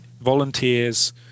volunteers